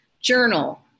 journal